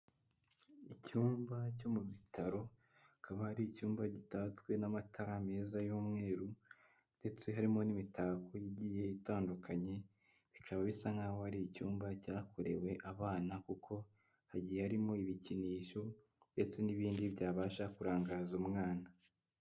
Icyumba cyo mu bitaro akaba ari icyumba gitatswe n'amatara meza y'umweru ndetse harimo n'imitako igiye itandukanye bikaba bisa nkaho ari icyumba cyakorewe abana kuko hagiye harimo ibikinisho ndetse n'ibindi byabasha kurangaza umwana.